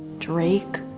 drake?